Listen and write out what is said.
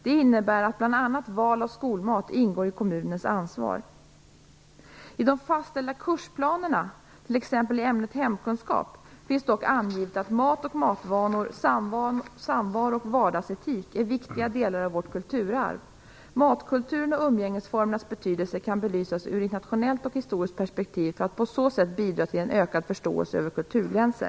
Det innebär att bl.a. val av skolmat ingår i kommunens ansvar. I de fastställda kursplanerna, t.ex. i ämnet hemkunskap, finns dock angivet att mat och matvanor, samvaro och vardagsetik är viktiga delar av vårt kulturarv. Matkulturen och umgängesformernas betydelse kan belysas ur internationellt och historiskt perspektiv för att på så sätt bidra till en ökad förståelse över kulturgränser.